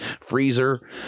freezer